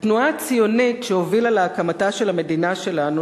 התנועה הציונית שהובילה להקמתה של המדינה שלנו